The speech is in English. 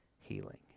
healing